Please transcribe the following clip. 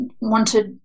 wanted